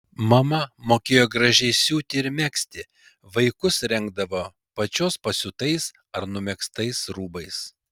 mama mokėjo gražiai siūti ir megzti vaikus rengdavo pačios pasiūtais ar numegztais rūbais